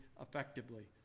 effectively